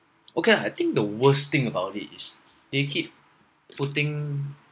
okay lah I think the worst thing about it is they keep putting